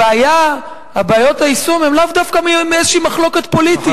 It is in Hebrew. בעיות היישום הן לאו דווקא מאיזה מחלוקת פוליטית.